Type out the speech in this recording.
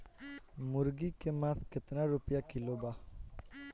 मुर्गी के मांस केतना रुपया किलो बा?